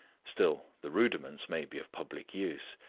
still, the rudiments may be of public use.